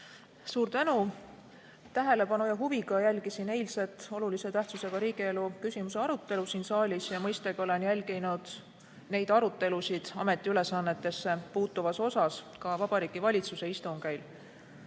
Suur tänu! Tähelepanu ja huviga jälgisin eilset olulise tähtsusega riigielu küsimuse arutelu siin saalis ja mõistagi olen jälginud neid arutelusid ametiülesannetesse puutuvas osas ka Vabariigi Valitsuse istungeil.